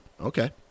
okay